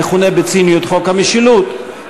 המכונה בציניות "חוק המשילות",